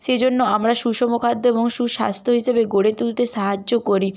সেই জন্য আমরা সুষম খাদ্য এবং সুস্বাস্থ্য হিসেবে গড়ে তুলতে সাহায্য করি